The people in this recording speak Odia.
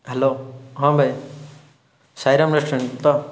ହ୍ୟାଲୋ ହଁ ଭାଇ ସାଇରାମ୍ ରେଷ୍ଟୁରାଣ୍ଟ ତ